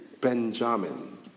Benjamin